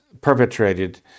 perpetrated